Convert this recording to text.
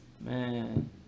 Man